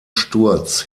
sturz